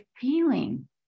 feeling